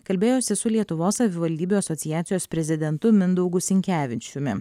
kalbėjosi su lietuvos savivaldybių asociacijos prezidentu mindaugu sinkevičiumi